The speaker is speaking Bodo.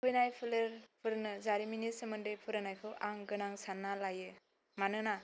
फैनाय फोलेरफोरनो जारिमिननि सोमोन्दै फोरोंनायखौ आं गोनां सान्ना लायो मानोना